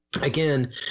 again